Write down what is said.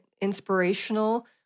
inspirational